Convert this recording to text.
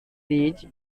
these